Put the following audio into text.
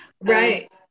Right